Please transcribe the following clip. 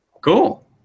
Cool